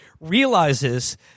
realizes